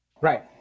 Right